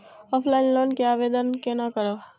Offline loan के आवेदन केना करब?